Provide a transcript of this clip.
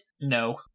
No